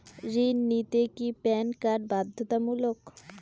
ঋণ নিতে কি প্যান কার্ড বাধ্যতামূলক?